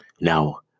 Now